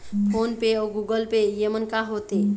Phone पे अउ Google Pay येमन का होते?